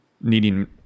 needing